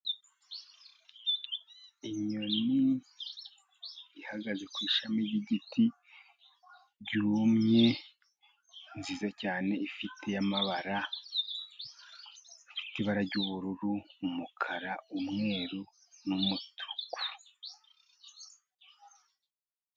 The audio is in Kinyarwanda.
Inyoni ihagaze ku ishami ryigiti ryumye nziza cyane, ifite amabara. Ifite ibara ry'ubururu, umukara, umweru n'umutuku.